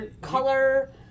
Color